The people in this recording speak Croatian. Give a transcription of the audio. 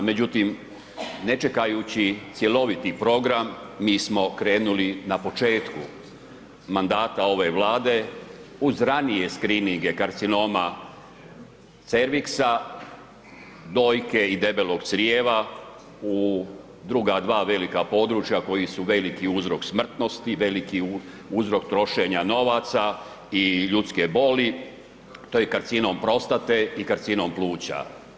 Međutim, ne čekajući cjeloviti program, mi smo krenuli na početku mandata ove Vlade uz ranije screeninge karcinoma cerviksa, dojke i debelog crijeva u druga dva velika područja koji su velik uzrok smrtnosti, veliki uzrok trošenja novaca i ljudske boli, to je karcinom prostate i karcinom pluća.